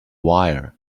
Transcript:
wire